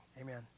amen